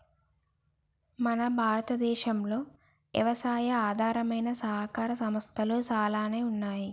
మన భారతదేసంలో యవసాయి ఆధారమైన సహకార సంస్థలు సాలానే ఉన్నాయి